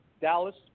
Dallas